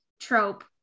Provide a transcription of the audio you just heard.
trope